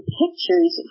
pictures